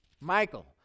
Michael